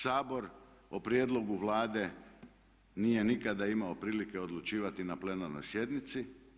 Sabor o prijedlogu Vlade nije nikada imao prilike odlučivati na plenarnoj sjednici.